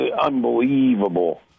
unbelievable